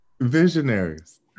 visionaries